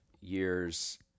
years –